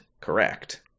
correct